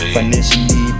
Financially